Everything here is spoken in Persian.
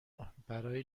برای